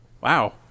Wow